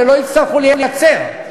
ולא יצטרכו לייצר,